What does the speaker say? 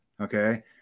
okay